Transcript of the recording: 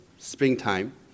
springtime